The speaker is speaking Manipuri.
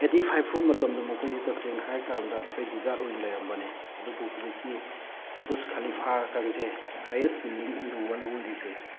ꯑꯩꯠꯇꯤ ꯐꯥꯏꯚꯐꯧ ꯃꯇꯝꯗ ꯃꯈꯣꯏꯁꯤ ꯇꯁꯦꯡꯅ ꯍꯥꯏꯀꯥꯟꯗ ꯑꯩꯈꯣꯏ ꯗꯤꯖꯔꯠ ꯑꯣꯏꯅ ꯂꯩꯔꯝꯕꯅꯦ ꯑꯗꯨꯕꯨ ꯍꯧꯖꯤꯛꯇꯤ ꯕꯨꯖ ꯈꯥꯂꯤꯐꯥꯀꯥꯁꯦ highest building in the world ꯑꯣꯏꯔꯤꯁꯦ